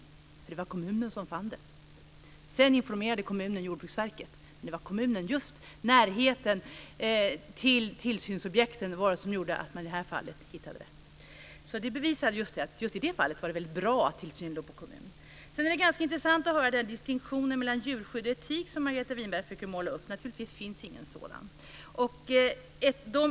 Det var kommunen som fann det. Sedan informerade kommunen Jordbruksverket. Men det var närheten till tillsynsobjekten som gjorde att man upptäckte missförhållandena. Just i det fallet var det väldigt bra att tillsynsansvaret låg på kommunen. Den distinktion mellan djurskydd och etik som Margareta Winberg försökte måla upp är intressant. Naturligtvis finns det ingen sådan distinktion.